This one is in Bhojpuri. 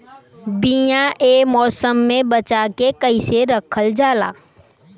बीया ए मौसम में बचा के कइसे रखल जा?